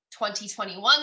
2021